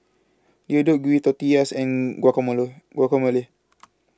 Deodeok Gui Tortillas and Guacamole Guacamole